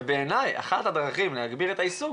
בעיני, אחת הדרכים להגביר את העיסוק